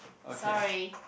sorry